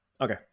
Okay